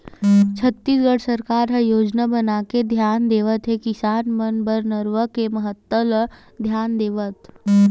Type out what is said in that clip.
छत्तीसगढ़ सरकार ह योजना बनाके धियान देवत हे किसान मन बर नरूवा के महत्ता ल धियान देवत